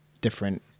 different